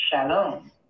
shalom